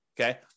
okay